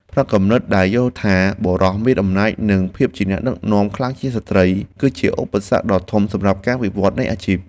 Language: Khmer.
ផ្នត់គំនិតដែលយល់ថាបុរសមានអំណាចនិងភាពជាអ្នកដឹកនាំខ្លាំងជាងស្ត្រី គឺជាឧបសគ្គដ៏ធំសម្រាប់ការវិវត្តនៃអាជីព។